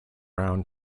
round